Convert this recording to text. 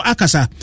Akasa